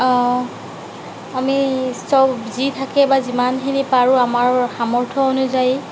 আমি চব্জি থাকে বা যিমানখিনি পাৰো আমাৰ সামৰ্থ্য অনুযায়ী